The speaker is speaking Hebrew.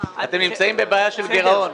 נמצאים בבעיה של גירעון.